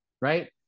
right